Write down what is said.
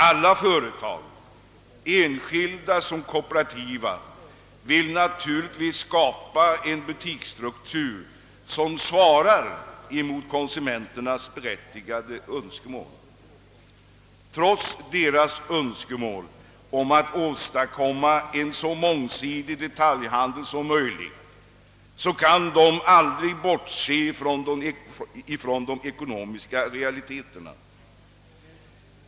Alla företag, enskilda som kooperativa, vill naturligtvis skapa en butiksstruktur, som svarar emot konsumenternas berättigade önskemål. Trots deras önskemål om att åstadkomma en så mångsidig detaljhandel som möjligt, kan de aldrig bortse ifrån de ekonomiska realiteterna.